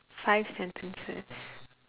five sentences